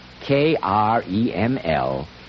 K-R-E-M-L